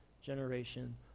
generation